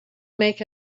make